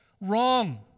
Wrong